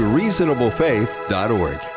reasonablefaith.org